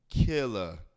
killer